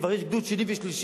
כבר יש גדוד שני ושלישי,